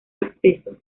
accesos